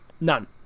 None